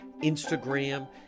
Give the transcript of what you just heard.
instagram